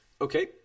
okay